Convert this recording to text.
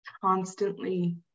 constantly